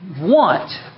want